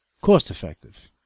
cost-effective